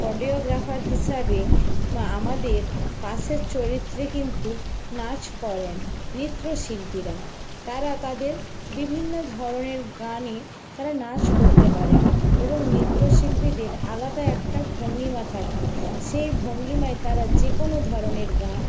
choreographer হিসাবে বা আমাদের পাশের চরিত্রে কিন্তু নাচ করেন নৃত্যশিল্পীরা তারা তাদের বিভিন্ন ধরনের গানে তারা নাচ করতে পারেন এবং নৃত্যশিল্পীদের আলাদা একটা ভঙ্গিমা থাকে সেই ভঙ্গিমায় তারা যে কোনো ধরনের গান